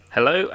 Hello